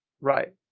Right